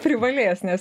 privalės nes